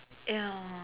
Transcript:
ya